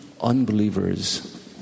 unbelievers